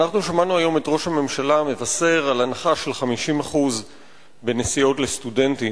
אנחנו שמענו היום את ראש הממשלה מבשר על הנחה של 50% בנסיעות לסטודנטים.